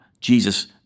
Jesus